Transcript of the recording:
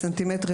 בסנטימטרים,